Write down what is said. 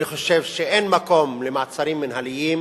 אני חושב שאין מקום למעצרים מינהליים.